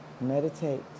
meditate